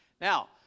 Now